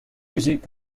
music